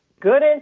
Good